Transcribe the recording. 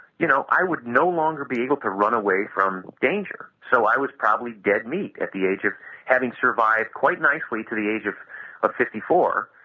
you know, i would no longer be able to run away from danger. so i was probably dead meat at the age of having survived quite nicely to the age of ah fifty four,